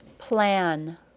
Plan